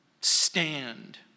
stand